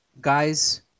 Guys